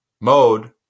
mode